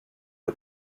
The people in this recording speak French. une